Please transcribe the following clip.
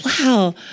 wow